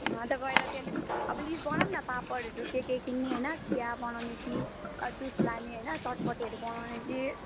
अन्त गएर त्यहाँ अब लिस्ट बनाउँ न पापडहरू के के किन्ने होइन चिया बनाउने कि अब जुस लाने होइन चटपटेहरू बनाउने कि